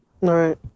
Right